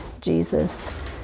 Jesus